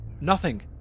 Nothing